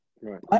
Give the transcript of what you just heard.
Right